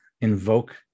invoke